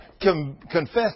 confessed